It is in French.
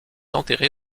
enterré